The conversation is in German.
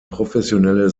professionelle